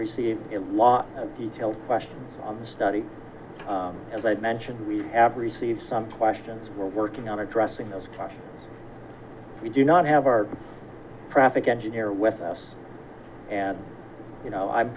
receive a lot of details question on the study as i mentioned we have received some questions we're working on addressing those we do not have our traffic engineer with us and you know i'm